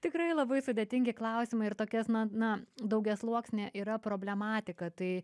tikrai labai sudėtingi klausimai ir tokias na na daugiasluoksnė yra problematika tai